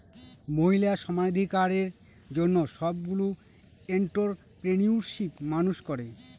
মহিলা সমানাধিকারের জন্য সবগুলো এন্ট্ররপ্রেনিউরশিপ মানুষ করে